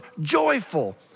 joyful